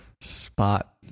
spot